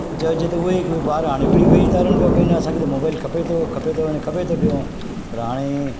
जे अचे थो ओएं हिकु ॿारु हाणे विड़ही वेही था रहनि पिया भई असांखे त मोबाइल खपे थो खपे थो ऐं खपे थो पियो पर हाणे